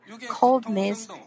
coldness